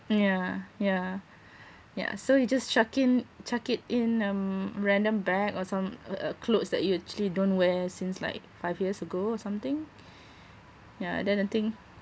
yeah yeah yeah so you just chuck in chuck it in um random bag or some uh uh clothes that you actually don't wear since like five years ago or something yeah then the thing